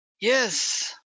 Yes